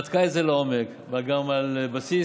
והיא בדקה את זה לעומק, גם על בסיס